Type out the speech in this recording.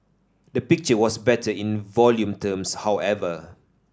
the picture was better in volume terms however